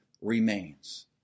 remains